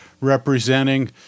representing